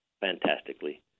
fantastically